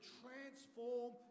transform